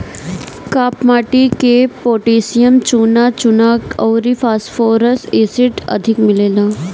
काप माटी में पोटैशियम, चुना, चुना अउरी फास्फोरस एसिड अधिक मिलेला